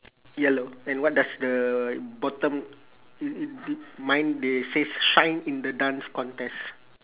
yellow and what does the bottom uh uh b~ mine they says shine in the dance contest